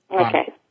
Okay